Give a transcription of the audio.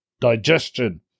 digestion